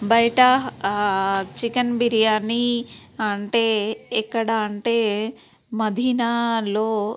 బయట చికెన్ బిర్యానీ అంటే ఎక్కడ అంటే మదీనాలో